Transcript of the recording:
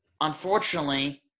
unfortunately